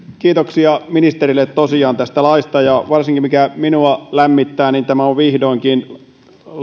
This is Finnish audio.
kiitoksia ministerille tästä laista se mikä minua varsinkin lämmittää on että tämä on vihdoinkin